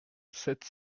sept